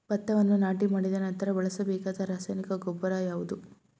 ಭತ್ತವನ್ನು ನಾಟಿ ಮಾಡಿದ ನಂತರ ಬಳಸಬೇಕಾದ ರಾಸಾಯನಿಕ ಗೊಬ್ಬರ ಯಾವುದು?